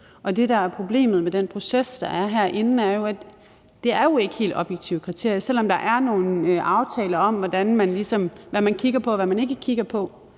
Og det, der er problemet med den proces, der er herinde, er jo, at det ikke er helt objektive kriterier, selv om der er nogle aftaler om, hvad man kigger på, og hvad man ikke kigger på.